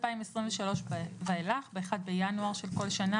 2023 ואילך ב-1 בינואר של כל שנה,